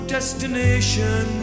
Destination